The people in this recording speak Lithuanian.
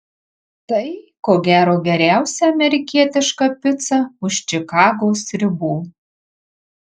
tai ko gero geriausia amerikietiška pica už čikagos ribų